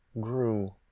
grew